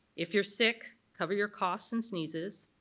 if you're sick cover your coughs and sneezes,